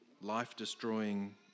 life-destroying